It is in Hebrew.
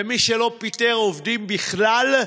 ומי שלא פיטר עובדים בכלל,